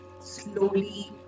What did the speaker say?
slowly